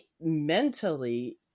mentally